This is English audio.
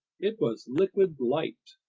it was liquid light.